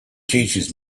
teaches